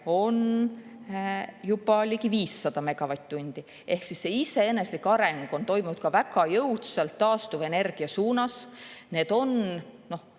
on juba ligi 500 megavatt-tundi. Ehk see iseeneslik areng on toimunud väga jõudsalt taastuvenergia suunas. Need on